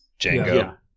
Django